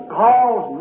calls